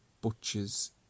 butchers